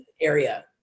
area